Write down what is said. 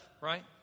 right